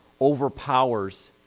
overpowers